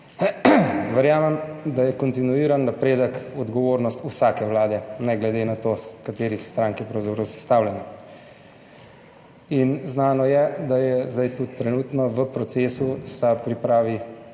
Verjamem, da je kontinuiran napredek odgovornost vsake vlade, ne glede na to, iz katerih strank je pravzaprav sestavljena. Znano je, da zdaj tudi trenutno v procesu sta pripravi